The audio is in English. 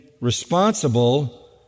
responsible